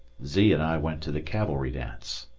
z. and i went to the cavalry dance,